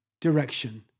direction